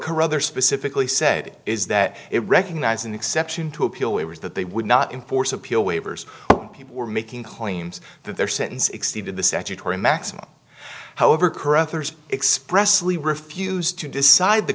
caruthers specifically said is that it recognize an exception to appeal was that they would not enforce appeal waivers people were making claims that their sentence exceeded the secretary maximum however caruthers expressly refused to decide the